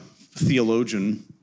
theologian